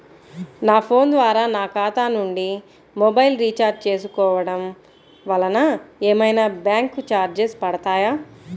నా ఫోన్ ద్వారా నా ఖాతా నుండి మొబైల్ రీఛార్జ్ చేసుకోవటం వలన ఏమైనా బ్యాంకు చార్జెస్ పడతాయా?